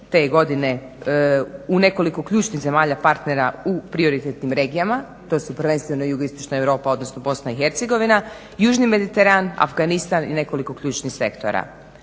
te godine u nekoliko ključnih zemalja partnera u prioritetnim regijama. To su prvenstveno Jugoistočna Europa odnosno BIH, Južni Mediteran, Afganistan i nekoliko ključnih sektora.